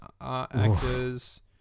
actors